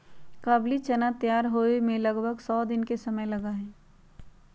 काबुली चना तैयार होवे में लगभग सौ दिन के समय लगा हई